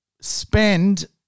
spend